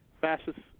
fascists